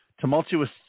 tumultuous